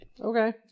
Okay